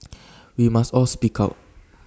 we must all speak out